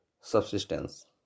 subsistence